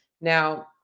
Now